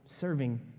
serving